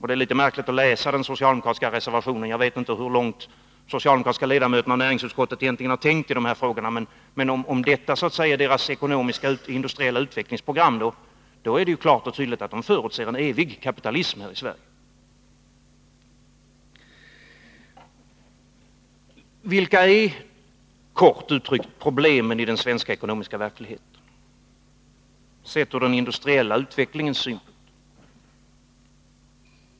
Det är litet märkligt att läsa den socialdemokratiska reservationen. Jag vet inte hur långt de socialdemokratiska ledamöterna i näringsutskottet har tänkt i de här frågorna, men om detta så att säga är deras industriella utvecklingsprogram, är det klart och tydligt att de förutsätter en evig kapitalism i Sverige. Vilka är kort uttryckt problemen i den svenska ekonomiska verkligheten, sett ur den industriella utvecklingens synpunkt?